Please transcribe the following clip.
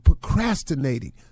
procrastinating